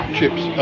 chips